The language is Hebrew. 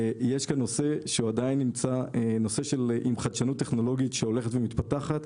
יש כאן נושא עם חדשנות טכנולוגית שהולכת ומתפתחת.